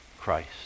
Christ